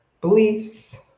beliefs